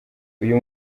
uyu